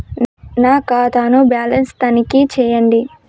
నా ఖాతా ను బ్యాలన్స్ తనిఖీ చేయండి?